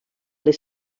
les